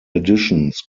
editions